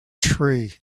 tree